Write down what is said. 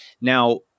Now